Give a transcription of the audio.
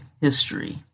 history